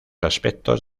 aspectos